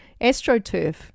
AstroTurf